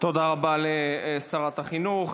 תודה רבה לשרת החינוך.